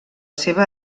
seva